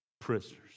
Prisoners